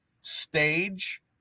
stage